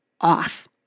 off